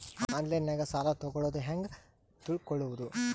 ಆನ್ಲೈನಾಗ ಸಾಲ ತಗೊಳ್ಳೋದು ಹ್ಯಾಂಗ್ ತಿಳಕೊಳ್ಳುವುದು?